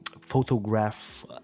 photograph